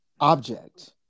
object